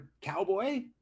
cowboy